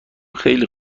خیلی